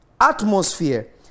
atmosphere